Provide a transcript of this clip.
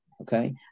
okay